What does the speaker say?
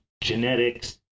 genetics